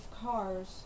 cars